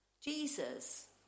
Jesus